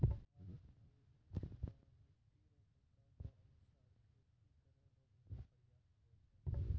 भारत मे बिभिन्न क्षेत्र मे मट्टी रो प्रकार रो अनुसार खेती करै रो भूमी प्रयाप्त हुवै छै